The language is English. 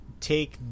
take